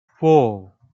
four